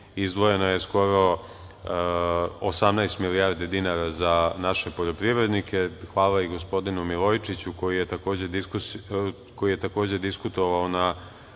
izdvojeno je skoro 18 milijardi dinara za naše poljoprivrednike. Hvala i gospodinu Milojčiću koji je takođe diskutovao tu